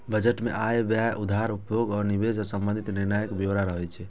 budget मे आय, व्यय, उधार, उपभोग आ निवेश सं संबंधित निर्णयक ब्यौरा रहै छै